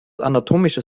anatomischer